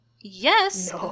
yes